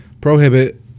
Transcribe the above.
prohibit